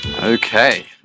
Okay